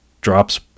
drops